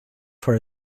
for